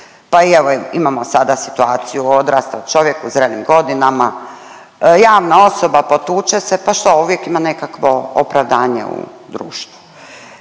Pa i evo imamo sada situaciju odraslog čovjeka u zrelim godinama, javna osoba, potuče se, pa što uvijek ima nekakvo opravdanje u društvu.